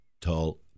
tall